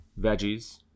veggies